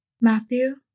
Matthew